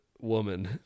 Woman